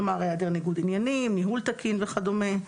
כלומר, היעדר ניגוד עניינים, ניהול תקין וכדומה.